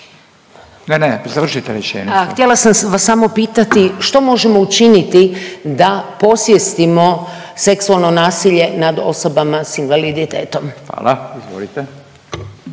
ne ne završite rečenicu./… Htjela sam vas samo pitati što možemo učiniti da podsvjestimo seksualno nasilje nad osobama s invaliditetom? **Radin, Furio